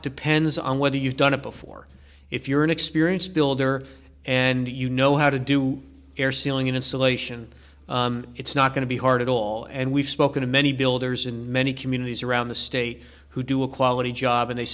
depends on whether you've done it before if you're an experienced builder and you know how to do air sealing insulation it's not going to be hard at all and we've spoken to many builders in many communities around the state who do a quality job and they